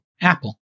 Apple